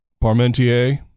Parmentier